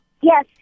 Yes